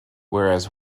whereas